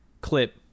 clip